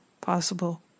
possible